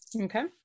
Okay